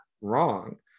wrong